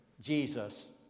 Jesus